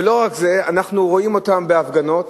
ולא רק זה, אנחנו רואים אותם בהפגנות,